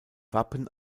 wappen